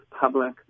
public